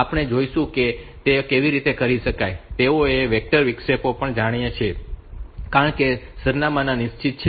આપણે જોઈશું કે તેઓ કેવી રીતે કરી શકાય છે અને તેઓએ વેક્ટર વિક્ષેપ પણ છે કારણ કે સરનામાં નિશ્ચિત છે